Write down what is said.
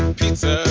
pizza